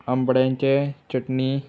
आंबड्यांचे चटणी